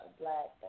black